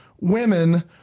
women